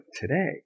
today